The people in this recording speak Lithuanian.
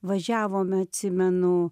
važiavome atsimenu